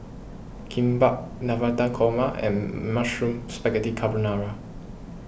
Kimbap Navratan Korma and Mushroom Spaghetti Carbonara